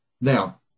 Now